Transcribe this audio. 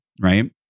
right